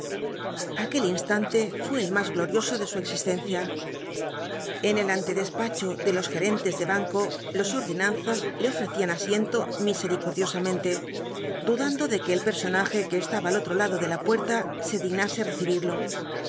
aquel instante fué el más glorioso de su existencia en el antedespacho de los gerentes de banco los ordenanzas le ofrecían asiento misericordiosamente dudando de que el personaje que estaba al otro lado de la puerta se dignase recibirlo